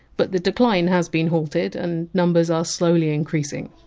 but the decline has been halted and numbers are slowly increasing.